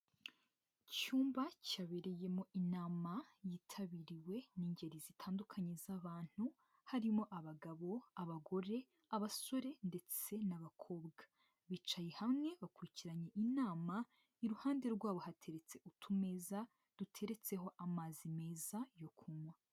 Icyumba cyabereyemo inama yitabiriwe n'ingeri zitandukanye z'abantu, harimo abagabo, abagore abasore ndetse n'abakobwa. Bicaye hamwe bakurikiranye inama, iruhande rwabo hateretse utumeza duteretseho amazi meza yo kunywa.